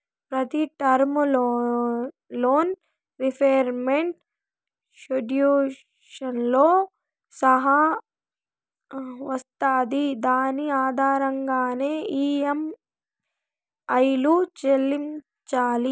ప్రతి term loan repayment షెడ్యూల్తో సహా వస్తాది దాని ఆధారంగానే ఈ.యం.ఐలు చెల్లించాలి